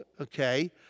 okay